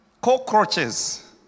Cockroaches